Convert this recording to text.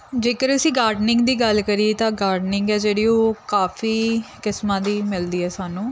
ਜੇਕਰ ਅਸੀਂ ਗਾਰਡਨਿੰਗ ਦੀ ਗੱਲ ਕਰੀਏ ਤਾਂ ਗਾਰਡਨਿੰਗ ਹੈ ਜਿਹੜੀ ਉਹ ਕਾਫੀ ਕਿਸਮਾਂ ਦੀ ਮਿਲਦੀ ਹੈ ਸਾਨੂੰ